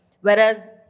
Whereas